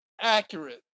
accurate